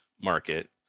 market